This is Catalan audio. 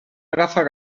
agafar